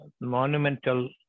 monumental